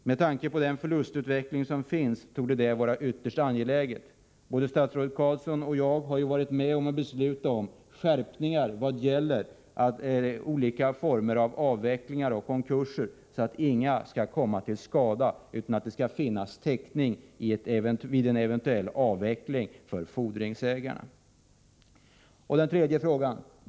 Med tanke på den förlustutveckling som finns torde detta vara ytterst angeläget. Både statsrådet Carlsson och jag har varit med om att besluta om skärpning i vad gäller att olika former av avvecklingar och konkurser inte skall vålla skada utan att det vid en eventuell avveckling skall finnas täckning för fordringsägarna. 3.